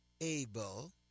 able